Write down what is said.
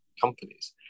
companies